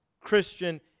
Christian